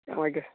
ah okay sir